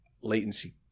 latency